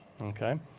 Okay